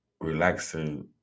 relaxing